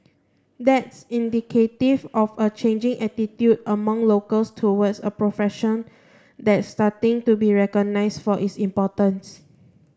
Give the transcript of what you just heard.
that's indicative of a changing attitude among locals towards a profession that's starting to be recognised for its importance